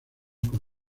con